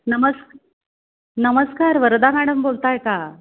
नमस् नमस्कार वरदा मॅडम बोलत आहे का